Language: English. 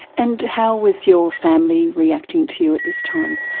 and how was your family reacting to you at this time?